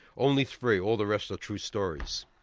only three, all the rest are true stories.